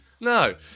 No